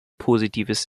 positives